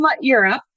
Europe